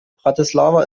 bratislava